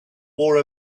wore